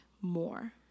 more